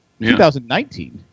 2019